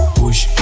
push